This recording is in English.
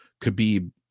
Khabib